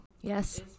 Yes